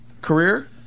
Career